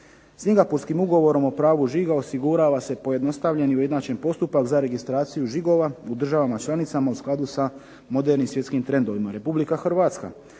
Singapurskim ugovorom o pravu žiga osigurava se pojednostavljen i ujednačen postupak za registraciju žigova u državama članicama u skladu sa modernim svjetskim trendovima. Republika Hrvatska